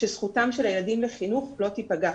שזכותם של הילדים לחינוך לא תיפגע.